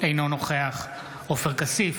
אינו נוכח עופר כסיף,